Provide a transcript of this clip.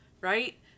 right